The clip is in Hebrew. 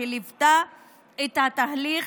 שליוותה את התהליך,